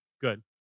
Good